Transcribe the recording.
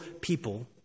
people